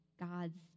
God's